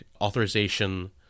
authorization